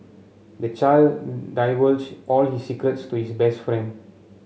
the child divulged all his secrets to his best friend